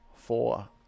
four